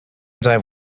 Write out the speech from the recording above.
dive